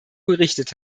berichtet